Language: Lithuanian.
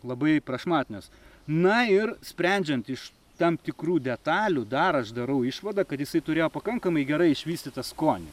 labai prašmatnios na ir sprendžiant iš tam tikrų detalių dar aš darau išvadą kad jisai turėjo pakankamai gerai išvystytą skonį